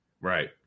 Right